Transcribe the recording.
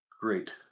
great